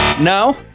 No